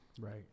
Right